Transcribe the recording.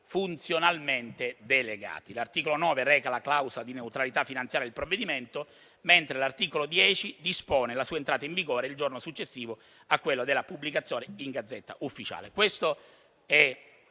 funzionalmente delegati. L'articolo 9 reca la clausola di neutralità finanziaria del provvedimento, mentre l'articolo 10 dispone la sua entrata in vigore il giorno successivo a quello della pubblicazione in *Gazzetta Ufficiale*. Questo è